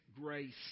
grace